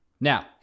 Now